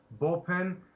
bullpen